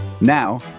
Now